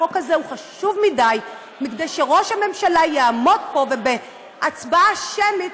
החוק הזה הוא חשוב מכדי שראש הממשלה יעמוד פה ובהצבעה שמית,